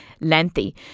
lengthy